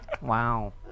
Wow